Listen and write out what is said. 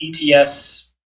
ETS